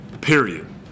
period